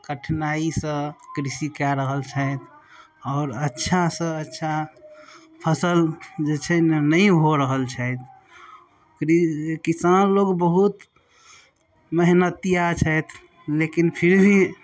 कठिनाइसँ कृषि कऽ रहल छथि आओर अच्छासँ अच्छा फसल जे छै ने नहि हो रहल छथि किसान लोक बहुत मेहनतिआ छथि लेकिन फिर भी